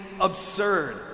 absurd